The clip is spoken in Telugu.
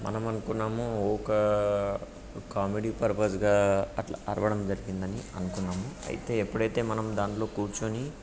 మనము అనుకున్నాము ఒక కామెడీ పర్పస్గా అట్లా అరవడం జరిగిందని అనుకున్నాము అయితే ఎప్పుడైతే మనం దాంట్లో కూర్చొని